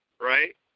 right